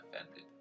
offended